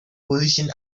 position